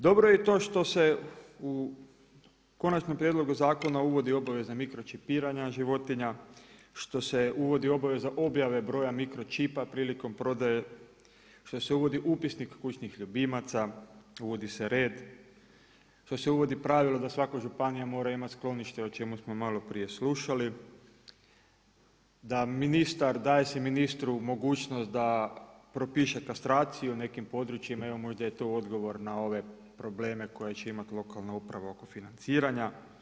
Dobro je i to što se u konačnom prijedlogu zakona uvodi obveza mikročipiranja životinja, što se uvodi obveza objave broja mikročipa prilikom prodaje, što se vodi Upisnik kućnih ljubimaca, uvodi se radi, što se uvodi pravilo da svaka županija mora imati sklonište, o čemu smo maloprije slušali, daje se ministru mogućnost da propiše kastraciju u nekim područjima, evo možda je to odgovor na ove probleme koje će imati lokalna uprava oko financiranja.